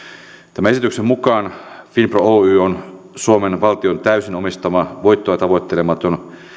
tämän esityksen mukaan finpro oy on suomen valtion täysin omistama voittoa tavoittelematon